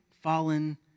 fallen